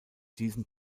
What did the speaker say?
diesem